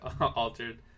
Altered